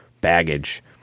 baggage